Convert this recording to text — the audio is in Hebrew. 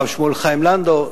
הרב שמואל חיים לנדאו,